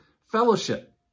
fellowship